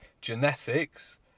genetics